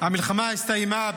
המלחמה הסתיימה,